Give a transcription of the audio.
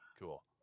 Cool